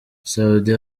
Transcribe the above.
soudy